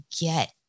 get